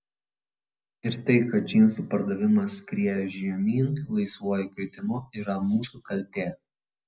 ir tai kad džinsų pardavimas skrieja žemyn laisvuoju kritimu yra mūsų kaltė